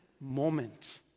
moment